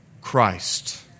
Christ